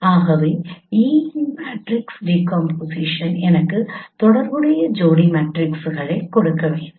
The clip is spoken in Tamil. ஆகவே E இன் மேட்ரிக்ஸ் டீகாம்போசிஷன் எனக்கு தொடர்புடைய ஜோடி மேட்ரிக்ஸைக் கொடுக்கவேண்டும்